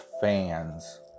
fans